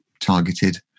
targeted